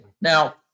Now